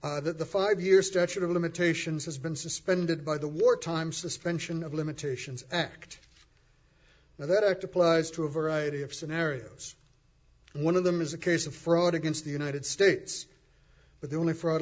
that the five year statute of limitations has been suspended by the wartime suspension of limitations act and that act applies to a variety of scenarios one of them is a case of fraud against the united states but the only f